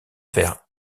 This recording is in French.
vers